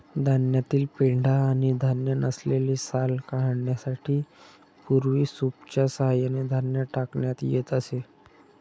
धान्यातील पेंढा आणि धान्य नसलेली साल काढण्यासाठी पूर्वी सूपच्या सहाय्याने धान्य टाकण्यात येत असे